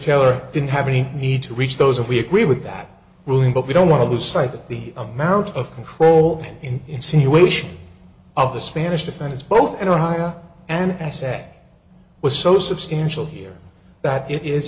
taylor didn't have any need to reach those we agree with that ruling but we don't want to lose sight of the amount of control in insinuation of the spanish defense both in ohio and i sat with so substantial here that it is